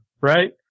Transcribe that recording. right